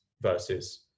versus